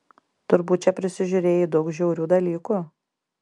turbūt čia prisižiūrėjai daug žiaurių dalykų